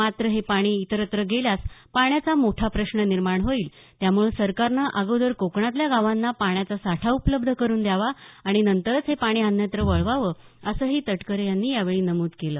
मात्र हे पाणी इतरत्र गेल्यास पाण्याचा मोठा प्रश्न निर्माण होईल त्यामुळं सरकारनं अगोदर कोकणातल्या गावांना पाण्याचा साठा उपलब्ध करून द्यावा आणि नंतरचं हे पाणी अन्यत्र वळवावं असंही तटकरे यांनी यावेळी नमूद केलं